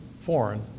foreign